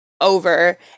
over